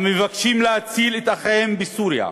המבקשים להציל את אחיהם בסוריה.